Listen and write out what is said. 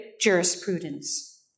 jurisprudence